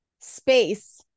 space